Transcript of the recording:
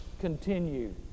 continue